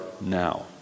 now